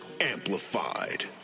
amplified